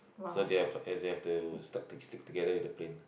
so they have and they have to stuck stick together with the plane